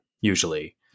usually